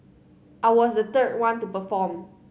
I was the third one to perform